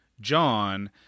John